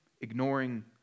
Ignoring